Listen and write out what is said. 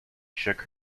shook